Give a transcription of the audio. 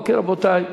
אוקיי, רבותי.